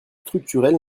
structurelle